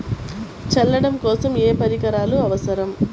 చల్లడం కోసం ఏ పరికరాలు అవసరం?